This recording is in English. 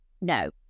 no